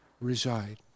reside